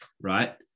right